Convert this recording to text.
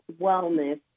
Wellness